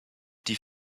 die